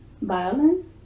violence